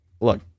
look